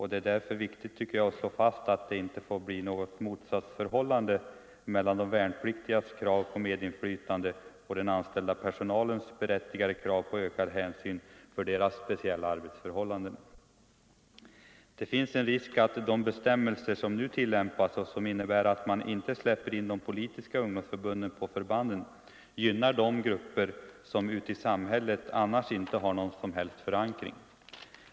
Det är därför viktigt att slå fast att det inte får bli något motsatsförhållande mellan de värnpliktigas krav på medinflytande och den anställda personalens berättigade krav på ökad hänsyn till deras speciella arbetsförhållanden. Det finns en risk att de bestämmelser som nu tillämpas och som innebär att man inte släpper in de politiska ungdomsförbunden på förbanden gynnar de grupper som ute i samhället inte har någon som helst förankring.